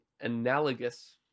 analogous